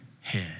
head